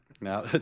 Now